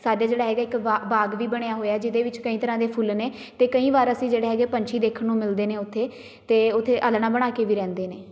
ਸਾਡੇ ਜਿਹੜਾ ਹੈਗਾ ਇੱਕ ਬਾ ਬਾਗ ਵੀ ਬਣਿਆ ਹੋਇਆ ਜਿਹਦੇ ਵਿੱਚ ਕਈ ਤਰ੍ਹਾਂ ਦੇ ਫੁੱਲ ਨੇ ਅਤੇ ਕਈ ਵਾਰ ਅਸੀਂ ਜਿਹੜੇ ਹੈਗੇ ਪੰਛੀ ਦੇਖਣ ਨੂੰ ਮਿਲਦੇ ਨੇ ਉੱਥੇ ਅਤੇ ਉੱਥੇ ਆਲ੍ਹਣਾ ਬਣਾ ਕੇ ਵੀ ਰਹਿੰਦੇ ਨੇ